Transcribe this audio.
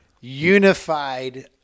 unified